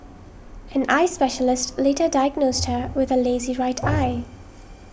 an eye specialist later diagnosed her with a lazy right eye